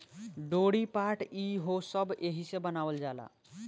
डोरी, पाट ई हो सब एहिसे बनावल जाला